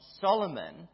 Solomon